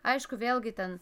aišku vėlgi ten